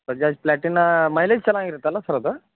Bajaj Platina mileage ಚೆನ್ನಾಗಿರುತ್ತಲ್ಲ sir ಅದು